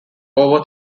over